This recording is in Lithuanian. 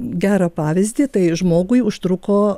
gerą pavyzdį tai žmogui užtruko